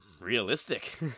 realistic